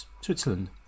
Switzerland